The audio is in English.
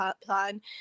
plan